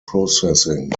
processing